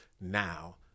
now